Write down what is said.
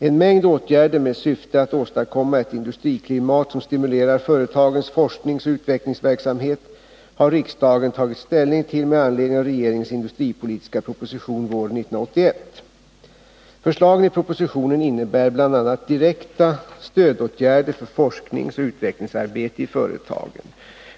En mängd åtgärder med syfte att åstadkomma ett industriklimat som stimulerar företagens forskningsoch utvecklingsverksamhet har riksdagen tagit ställning till med anledning av regeringens industripolitiska proposition våren 1981 . Förslagen i propositionen innebär bl.a. direkta stödåtgärder för forskningsoch utvecklingsarbete i företagen.